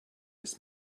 his